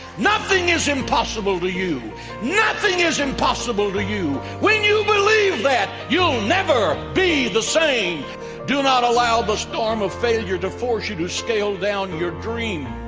nothing is impossible to you nothing is impossible to you when you believe that you'll never be the same do not allow the storm of failure to force you to scale down your dreams